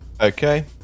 Okay